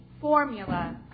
formula